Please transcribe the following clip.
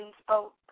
spoke